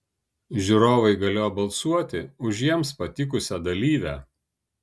žiūrovai galėjo balsuoti už jiems patikusią dalyvę